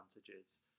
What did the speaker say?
advantages